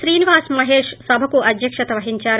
శ్రీనివాస్ మహేష్ సభకు అధ్యక్షత వహించారు